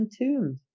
entombed